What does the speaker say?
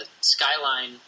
skyline